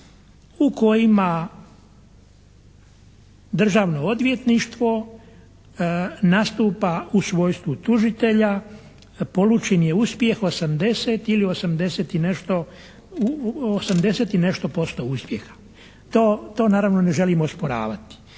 u kojima Državno odvjetništvo nastupa u svojstvu tužitelja polučen je uspjeh 80 ili 80 i nešto posto uspjeha. To naravno ne želimo osporavati.